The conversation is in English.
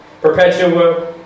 Perpetua